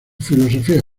filosofía